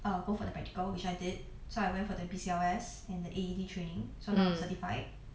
I will go for the practical which I did so I went for the B_C_L_S and the A_E_D training so now I'm certified